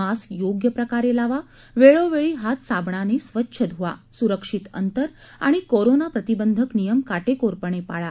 mask योग्य प्रकारे लावा वेळोवेळी हात साबणाने स्वच्छ ध्वा सुरक्षित अंतर आणि कोरोना प्रतिबंधक नियम काटेकोरपणे पाळा